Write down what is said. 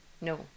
No